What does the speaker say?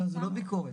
אבל זה לא ביקורת.